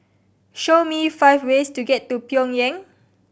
show me five ways to get to Pyongyang